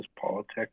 politics